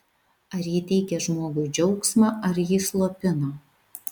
ar ji teikia žmogui džiaugsmą ar jį slopina